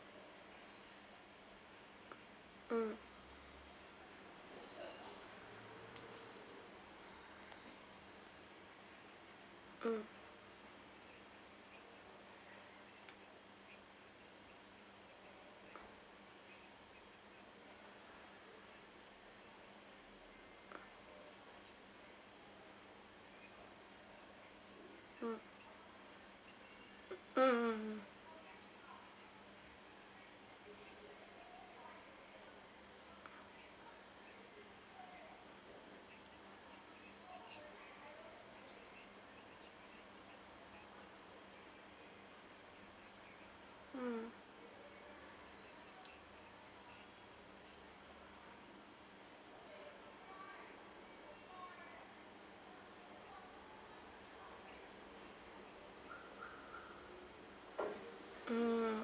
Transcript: mm mm mm mm mm mm mm mm